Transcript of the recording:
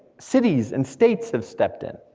cities and states have stepped in.